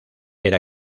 era